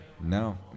No